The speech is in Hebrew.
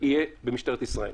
יהיה במשטרת ישראל.